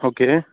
okay